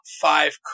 five